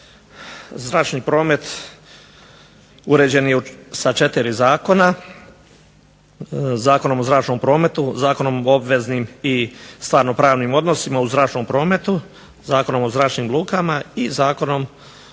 Zračni promet uređen je sa četiri zakona – Zakonom o zračnom prometu, Zakonom o obveznim i stvarno-pravnim odnosima u zračnom prometu, Zakonom o zračnim lukama i Zakonom